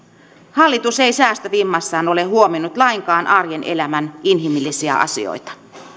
hallitus ei säästövimmassaan ole huomioinut lainkaan arjen elämän inhimillisiä asioita